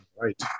Right